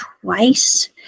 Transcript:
twice